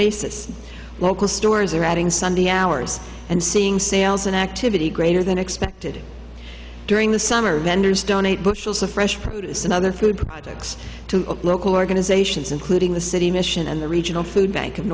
basis local stores are adding sunday hours and seeing sales and activity greater than expected during the summer vendors bushels of fresh produce and other food products to local organizations including the city mission and the regional food bank of